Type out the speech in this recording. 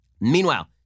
meanwhile